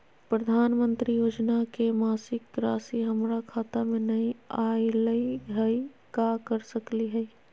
प्रधानमंत्री योजना के मासिक रासि हमरा खाता में नई आइलई हई, का कर सकली हई?